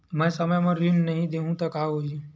मैं समय म ऋण नहीं देहु त का होही